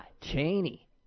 Cheney